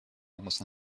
almost